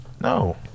No